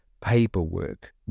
paperwork